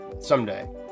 someday